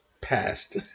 passed